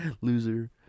loser